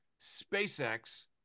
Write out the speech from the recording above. SpaceX